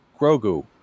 Grogu